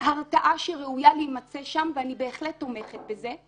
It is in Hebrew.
הרתעה שראויה להימצא שם, ואני בהחלט תומכת בזה.